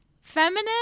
feminine